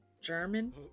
German